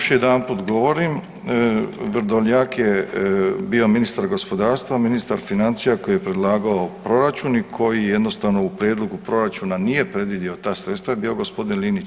Još jedanput govorim, Vrdoljak je bio ministar gospodarstva, ministar financija koji je predlagao proračun i koji je jednostavno u prijedlogu proračuna nije predvidio ta sredstva je bio g. Linić.